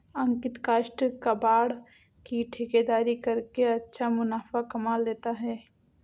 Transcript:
अंकित काष्ठ कबाड़ की ठेकेदारी करके अच्छा मुनाफा कमा लेता है